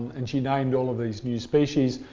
and she named all of these new species,